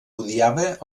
odiava